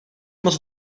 moc